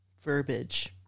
verbiage